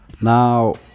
Now